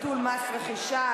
ביטול מס רכישה),